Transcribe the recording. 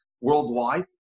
worldwide